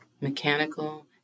mechanical